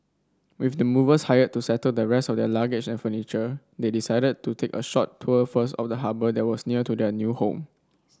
with the movers hired to settle the rest of their luggage and furniture they decided to take a short tour first of the harbour that was near to their new home